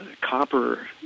copper